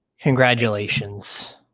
Congratulations